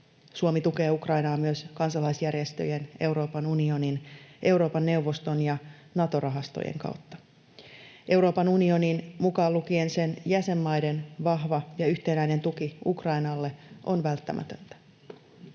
Suomi tukee Ukrainaa myös kansalaisjärjestöjen, Euroopan unionin, Euroopan neuvoston ja Nato-rahastojen kautta. Euroopan unionin, mukaan lukien sen jäsenmaiden, vahva ja yhtenäinen tuki Ukrainalle on välttämätöntä.